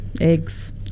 eggs